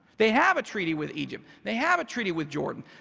they have a treaty with egypt. they have a treaty with jordan.